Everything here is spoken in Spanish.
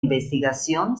investigación